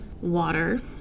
water